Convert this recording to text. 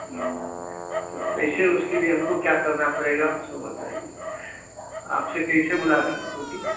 तब कैसे उसके लिए हमको क्या करना पड़ेगा सो बताइए आपसे कैसे मुलाकात होगी